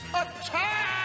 attack